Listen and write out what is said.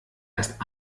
erst